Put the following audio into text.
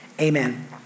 amen